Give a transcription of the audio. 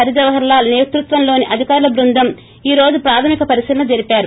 హరిజవహర్ లాల్ సేత్పత్వంలోని అధికారుల ట్పందం ఈ రోజు ప్రాథమిక పరిశీలన జరిపారు